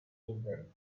sugar